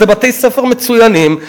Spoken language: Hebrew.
אלה בתי-ספר מצוינים,